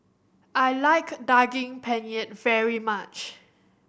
I like Daging Penyet very much